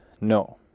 no